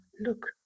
Look